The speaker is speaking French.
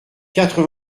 quatre